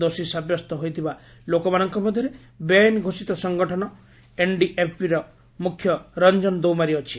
ଦୋଷୀ ସାବ୍ୟସ୍ତ ହୋଇଥିବା ଲୋକମାନଙ୍କ ମଧ୍ୟରେ ବେଆଇନ୍ ଘୋଷିତ ସଂଗଠନ ଏନ୍ଡିଏଫ୍ବି ର ମୁଖ୍ୟ ରଞ୍ଜନ ଦୈମାରି ଅଛି